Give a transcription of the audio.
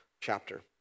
Chapter